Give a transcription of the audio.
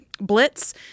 blitz